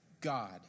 God